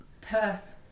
Perth